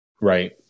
Right